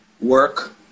Work